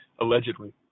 allegedly